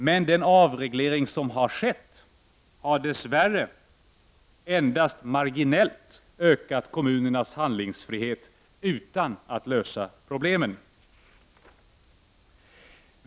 Men den avreglering som har skett har dess värre endast marginellt ökat kommunernas handlingsfrihet utan att lösa problemen.